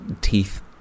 teeth